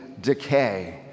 decay